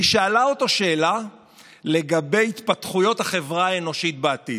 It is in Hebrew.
היא שאלה אותו שאלה לגבי התפתחויות החברה האנושית בעתיד.